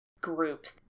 groups